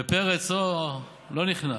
ופרץ לא נכנע,